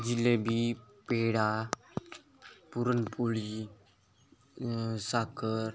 जिलेबी पेढा पुरणपोळी साखर